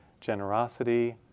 Generosity